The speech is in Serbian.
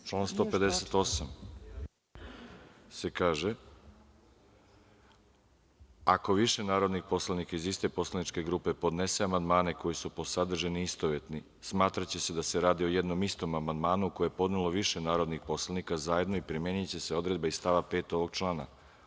U članu158. se kaže - ako više narodnih poslanika iz iste poslaničke grupe podnese amandmane koji su po sadržini istovetni, smatraće se da se radi o jednom istom amandmanu koji je podnelo više narodnih poslanika zajedno i primeniće se odredbe iz stava 5. ovog člana.